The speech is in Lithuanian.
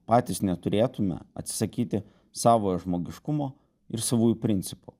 patys neturėtume atsisakyti savojo žmogiškumo ir savųjų principų